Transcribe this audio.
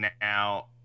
now